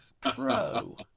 pro